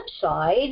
side